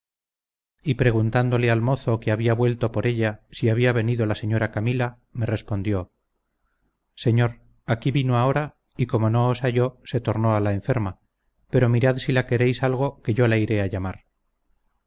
y preguntándole al mozo que había vuelto por ella si había venido la señora camila me respondió señor aquí vino ahora y como no os halló se tornó a la enferma pero mirad si la queréis algo que yo la iré a llamar